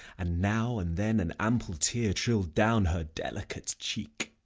and now and then an ample tear trill'd down her delicate cheek.